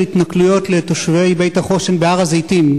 התנכלויות לתושבי "בית החושן" בהר-הזיתים.